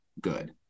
good